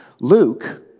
Luke